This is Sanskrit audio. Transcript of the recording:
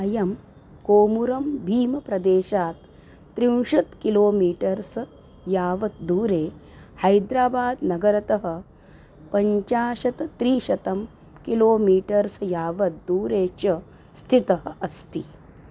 अयं कोमुरं भीमप्रदेशात् त्रिंशत् किलोमीटर्स् यावत् दूरे हैद्राबाद् नगरतः पञ्चाशत् त्रिशतं किलोमीटर्स् यावत् दूरे च स्थितः अस्ति